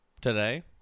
today